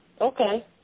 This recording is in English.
Okay